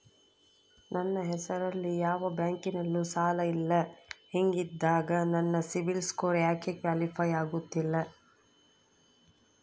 ನನ್ನ ಹೆಸರಲ್ಲಿ ಯಾವ ಬ್ಯಾಂಕಿನಲ್ಲೂ ಸಾಲ ಇಲ್ಲ ಹಿಂಗಿದ್ದಾಗ ನನ್ನ ಸಿಬಿಲ್ ಸ್ಕೋರ್ ಯಾಕೆ ಕ್ವಾಲಿಫೈ ಆಗುತ್ತಿಲ್ಲ?